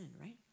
right